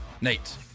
Nate